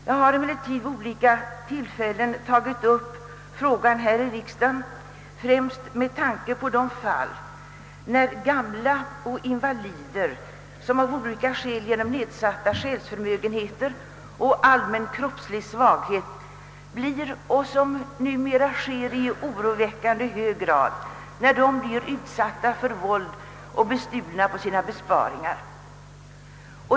Jag har emellertid vid olika tillfällen tagit upp skadeståndsfrågan här i riksdagen, främst med tanke på de fall, där gamla och invalider med nedsatta själsförmögenheter eller allmän kroppssvaghet blir utsatta för våld och bestulna på sina besparingar, fall som numera förekommer i oroväckande stor utsträckning.